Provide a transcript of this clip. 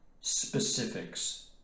specifics